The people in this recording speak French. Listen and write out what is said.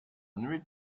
nuit